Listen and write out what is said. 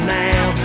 now